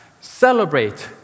celebrate